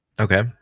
Okay